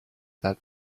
that